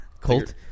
Colt